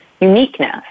uniqueness